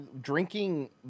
drinking